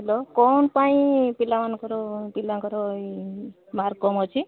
hello କଣ ପାଇଁ ପିଲାମାନଙ୍କର ପିଲାଙ୍କର ଇଏ ମାର୍କ କମ୍ ଅଛି